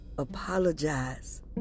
apologize